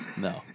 No